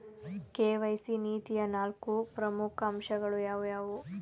KYC ನೀತಿಯ ನಾಲ್ಕು ಪ್ರಮುಖ ಅಂಶಗಳು ಯಾವುವು?